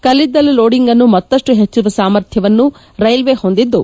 ಕಲ್ಲಿದ್ದಲು ಲೋಡಿಂಗ್ ಅನ್ನು ಮತ್ತಷ್ಟು ಹೆಚ್ಚಿಸುವ ಸಾಮರ್ಥ್ಯವನ್ನು ರೈಲ್ವೆ ಹೊಂದಿದ್ದು